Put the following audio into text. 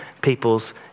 people's